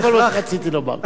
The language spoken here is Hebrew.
זה כל מה שרציתי לומר.